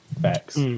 Facts